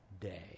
day